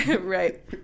Right